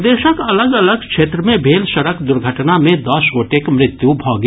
प्रदेशक अलग अलग क्षेत्र मे भेल सड़क दुर्घटना मे दस गोटेक मृत्यु भऽ गेल